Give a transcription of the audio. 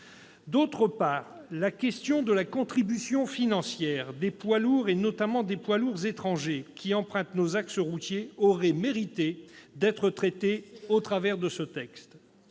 ailleurs, la question de la contribution financière des poids lourds, notamment des poids lourds étrangers qui empruntent nos axes routiers, aurait mérité d'être traitée dans ce texte.